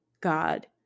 God